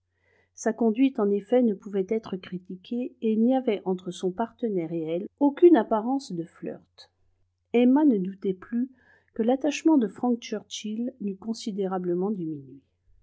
sa conduite en effet ne pouvait être critiquée et il n'y avait entre son partenaire et elle aucune apparence de flirt emma ne doutait plus que l'attachement de frank churchill n'eut considérablement diminué